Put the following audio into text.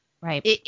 Right